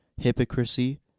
hypocrisy